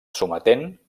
sometent